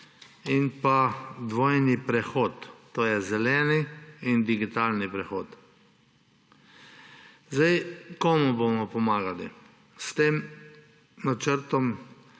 in dvojni prehod, to je zeleni in digitalni prehod. Komu bomo pomagali? S tem načrtom